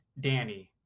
Danny